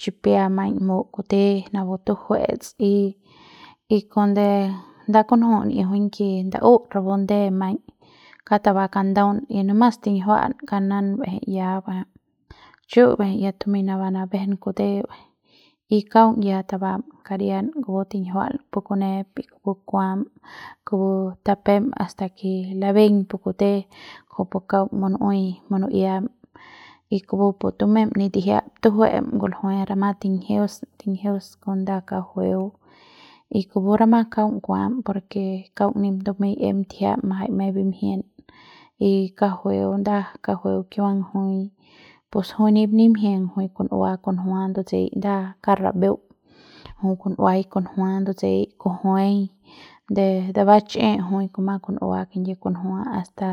chipia maiñ mu kute napu tujue'tes y y cuande nda kunju ni'iujjuiñ ke nda'ut rapu nde maiñ kata tabam kandaun y nomas tinjiua'an kanan ba'ejei ya ba'ejei chu ya tumeiñ naban manabejen kute y kaung ya tabam kadian kupu tinjiua'am pu kunep y kupu kuam kupu tapem hasta ke labeiñ pu kute kujupu kaung munu'uei munu'iam y kupu pu tumem ne tijiap tujue'em nguljue rama tinjius, tinjius kon nda kauk jueu y kupu rama kaung kuam porke kaung ni tumem em tijiam de ma'imjiem y kauk jueu nda kauk jueu kiuan jui pus jui ni nimjien jui kun'ua kunjua ndutsei nda ka rambeu jui kun'uai kunjua ndutsei kujuai de de bach'i jui kuma kun'ua kingyie kunjua hasta.